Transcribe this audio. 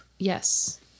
yes